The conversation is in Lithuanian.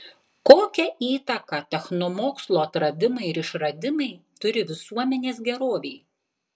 kokią įtaką technomokslo atradimai ir išradimai turi visuomenės gerovei